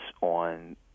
on